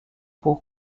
pour